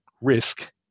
risk